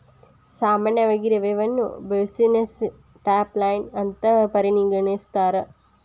ಸಾಮಾನ್ಯವಾಗಿ ರೆವೆನ್ಯುನ ಬ್ಯುಸಿನೆಸ್ಸಿನ ಟಾಪ್ ಲೈನ್ ಅಂತ ಪರಿಗಣಿಸ್ತಾರ?